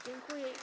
Dziękuję.